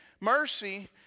Mercy